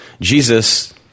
Jesus